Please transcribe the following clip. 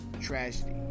tragedy